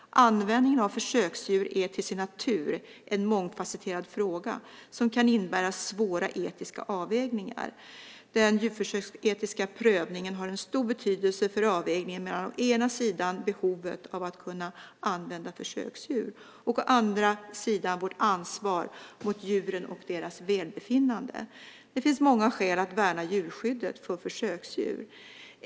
Användning av försöksdjur är till sin natur en mångfasetterad fråga som kan innebära svåra etiska avvägningar. Den djurförsöksetiska prövningen har en stor betydelse för avvägningen mellan å ena sidan behovet av att kunna använda försöksdjur och å andra sidan vårt ansvar mot djuren och deras välbefinnande. Det finns många skäl att värna djurskyddet för försöksdjur.